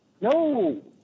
No